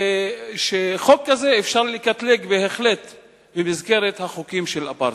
ושחוק כזה אפשר לקטלג בהחלט במסגרת החוקים של אפרטהייד.